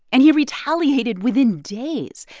and he retaliated within days.